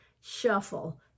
Shuffle